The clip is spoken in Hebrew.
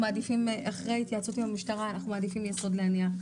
אחרי התייעצות עם המשטרה אנחנו מעדיפים "יסוד להניח".